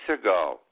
ago